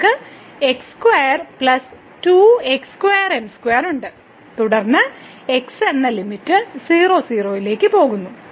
നമുക്ക് ഉണ്ട് തുടർന്ന് x എന്ന ലിമിറ്റ് 0 ലേക്ക് പോകുന്നു